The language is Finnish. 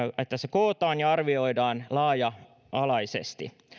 kootaan ja arvioidaan laaja alaisesti